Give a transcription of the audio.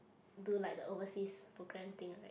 do like the overseas program thing right